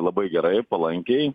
labai gerai palankiai